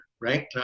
right